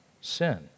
sin